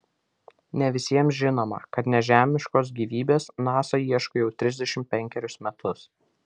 ne visiems žinoma kad nežemiškos gyvybės nasa ieško jau trisdešimt penkerius metus